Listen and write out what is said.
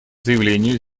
заявлению